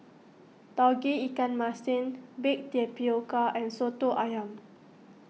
Tauge Ikan Masin Baked Tapioca and Soto Ayam